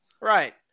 Right